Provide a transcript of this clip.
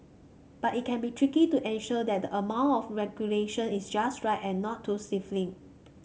but it can be tricky to ensure that the amount of regulation is just right and not too stifling